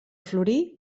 florir